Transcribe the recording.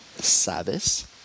sabes